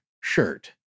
shirt